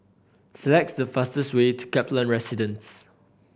select the fastest way to Kaplan Residence